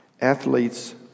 Athletes